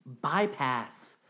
bypass